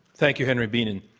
thank you, henry bienen.